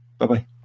bye-bye